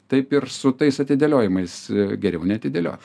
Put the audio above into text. taip ir su tais atidėliojimais geriau neatidėliot